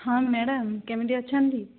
ହଁ ମ୍ୟାଡ଼ାମ କେମିତି ଅଛନ୍ତି